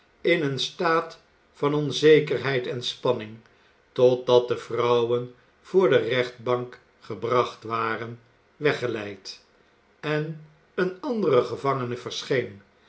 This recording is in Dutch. in een staat van onzekerheid en spanning totdat de vrouwen voor de rechtbank gebracht waren weggeleid en een ander gevangene verscheen